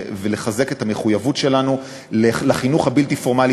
ולחזק את המחויבות שלנו לחינוך הבלתי-פורמלי